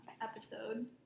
...episode